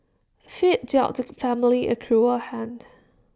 fate dealt the family A cruel hand